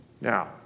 Now